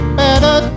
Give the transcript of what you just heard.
better